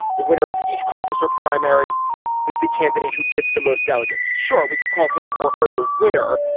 the winner of each caucus or primary is the candidate who gets the most delegates. sure, we could call him or her the winner.